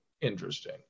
interesting